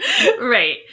Right